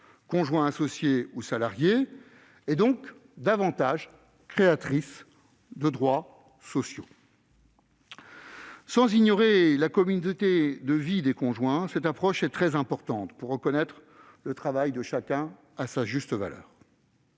conjoint associé ou salarié -et donc davantage créatrices de droits sociaux. Sans ignorer la communauté de vie des conjoints, cette approche est très importante pour reconnaître le travail de chacun à sa juste valeur.